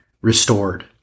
restored